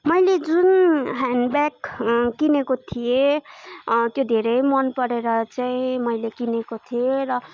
मैले जुन hand bag किनेको थिएँ त्यो धेरै मन परेर चाहिँ मैले किनेको थिएँ र